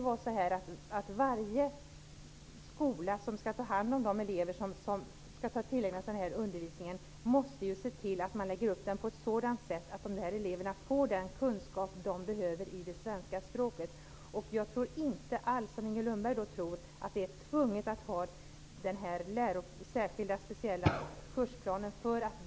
Varje skola som skall ta hand om de elever som skall tillägna sig denna undervisning måste se till att undervisningen läggs upp på sådant sätt att eleverna får den kunskap de behöver i svenska språket. Jag tror inte, vilket Inger Lundberg tror, att det är tvunget att ha denna särskilda kursplan.